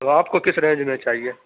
آپ کو کس رینج میں چاہیے